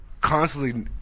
constantly